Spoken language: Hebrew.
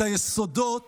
את היסודות